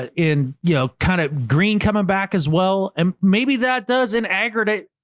in, yeah kind of green coming back as well. and maybe that does an aggregate.